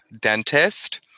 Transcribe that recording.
dentist